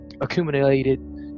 accumulated